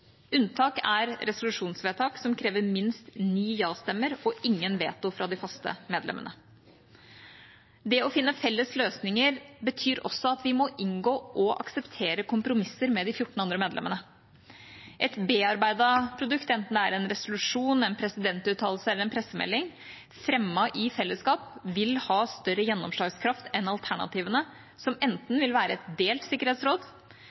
er resolusjonsvedtak som krever minst ni ja-stemmer og ingen veto fra de faste medlemmene. Det å finne felles løsninger betyr også at vi må inngå – og akseptere – kompromisser med de 14 andre medlemmene. Et bearbeidet produkt, enten det er en resolusjon, en presidentuttalelse eller en pressemelding, fremmet i fellesskap vil ha større gjennomslagskraft enn alternativene, som enten vil være et delt sikkerhetsråd,